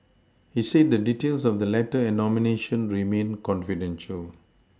he said the details of the letter and nomination remain confidential